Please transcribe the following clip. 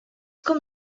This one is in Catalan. com